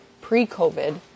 pre-COVID